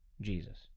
Jesus